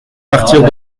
martyrs